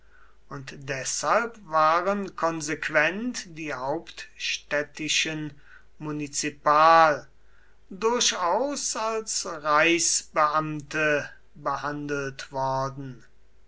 und deshalb waren konsequent die hauptstädtischen munizipal durchaus als reichsbeamte behandelt worden